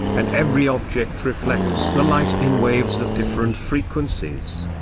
and every object reflects the light in waves of different frequencies.